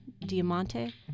Diamante